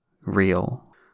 real